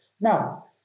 Now